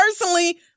personally